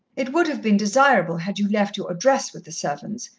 it would have been desirable had you left your address with the servants,